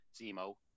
Zemo